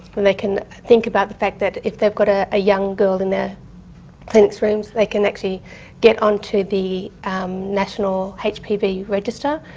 then they can think about the fact that if they've got ah a young girl in a clinic's rooms, they can actually get onto the national hpv yeah register,